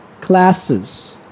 classes